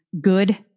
good